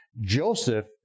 Joseph